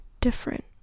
different